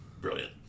brilliant